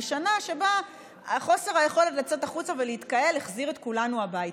היא שנה שבה חוסר היכולת לצאת החוצה ולהתקהל החזיר את כולנו הביתה.